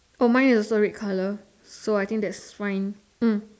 oh mine also red colour so I think that's fine mm